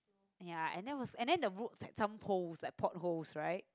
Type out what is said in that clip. ya and that was and then the road had some poles like port holes right